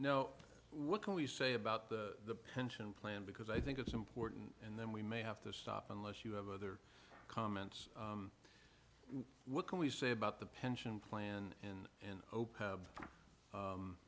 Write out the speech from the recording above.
now what can we say about the pension plan because i think it's important and then we may have to stop unless you have other comments what can we say about the pension plan in an